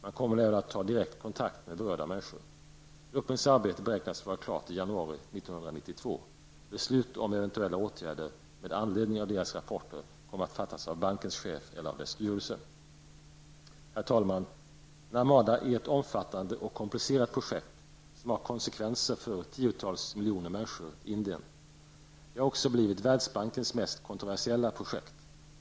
Man kommer även att ta direkt kontakt med berörda människor. Gruppens arbete beräknas vara klart i januari 1992. Beslut om eventuella åtgärder med anledning av gruppens rapport kommer att fattas av bankens chef eller av dess styrelse. Herr talman! Narmadaprojektet är ett omfattande och komplicerat projekt med konsekvenser för tiotals miljoner människor i Indien. Det har också blivit Världsbankens mest kontroversiella projekt.